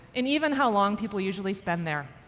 and even how long people usually spend there.